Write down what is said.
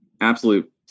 absolute